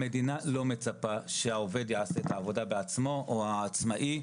המדינה לא מצפה שהעובד יעשה את העבודה בעצמו או העצמאי,